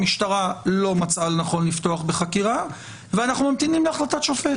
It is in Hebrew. המשטרה לא מצאה לנכון לפתוח בחקירה ואנחנו ממתינים להחלטת שופט?